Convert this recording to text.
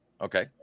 Okay